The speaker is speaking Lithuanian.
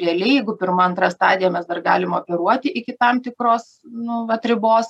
realiai jeigu pirma antra stadija mes dar galim operuoti iki tam tikros nu vat ribos